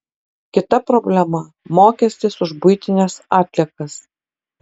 kita problema mokestis už buitines atliekas